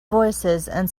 voicesand